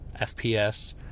FPS